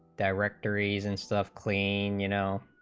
directories and stuff clean you know